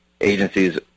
agencies